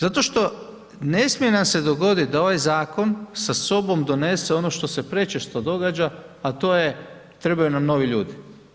Zato što, ne smije nam se dogoditi da ovaj zakon sa sobom donese ono što se prečesto događa, a to je trebaju nam novi ljudi.